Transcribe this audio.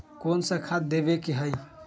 कोन सा खाद देवे के हई?